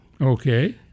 Okay